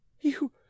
You